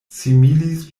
similis